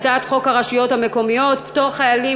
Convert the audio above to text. הצעת חוק הרשויות המקומיות (פטור חיילים,